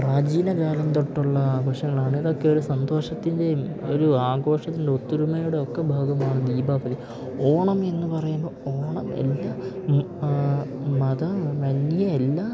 പ്രാചീന കാലം തൊട്ടുള്ള ആഘോഷങ്ങളാണ് ഇതൊക്കെ ഒരു സന്തോഷത്തിൻ്റെയും ഒരു ആഘോഷത്തിൻ്റെ ഒത്തൊരുമയുടെ ഒക്കെ ഭാഗമാണ് ദീപാവലി ഓണം എന്ന് പറയുമ്പോൾ ഓണം എല്ലാ ആ മതമെന്യേ എല്ലാ